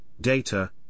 data